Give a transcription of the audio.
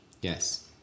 Yes